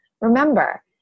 Remember